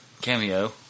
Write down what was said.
cameo